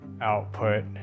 output